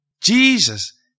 Jesus